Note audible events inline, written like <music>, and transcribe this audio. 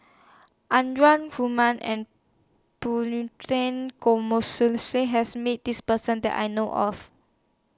Anwarul Haque and <unintelligible> has Met This Person that I know of